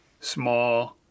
small